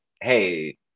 Hey